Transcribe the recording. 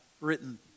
written